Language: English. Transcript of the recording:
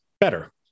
better